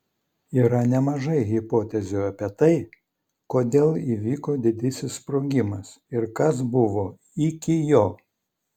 yra nemažai hipotezių apie tai kodėl įvyko didysis sprogimas ir kas buvo iki jo